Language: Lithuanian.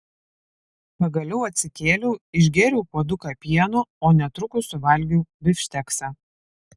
pagaliau atsikėliau išgėriau puoduką pieno o netrukus suvalgiau bifšteksą